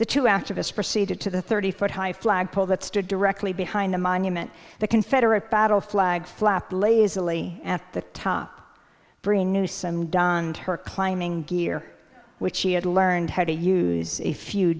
the two activists proceeded to the thirty foot high flagpole that stood directly behind the monument the confederate battle flag flap blazingly at the top bring newsome donned her climbing gear which she had learned how to use a few